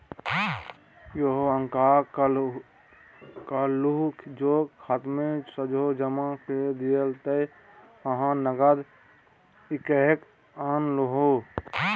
यौ अहाँक कहलहु जे खातामे सोझे जमा कए दियौ त अहाँ नगद किएक आनलहुँ